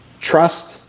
trust